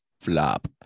flop